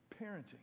parenting